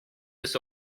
this